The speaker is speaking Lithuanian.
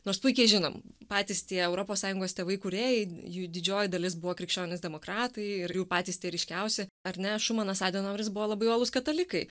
nors puikiai žinom patys tie europos sąjungos tėvai kūrėjai jų didžioji dalis buvo krikščionys demokratai ir jau patys ryškiausi ar ne šumanas adenaueris buvo labai uolūs katalikai